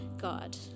God